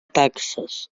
taxes